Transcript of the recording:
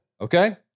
Okay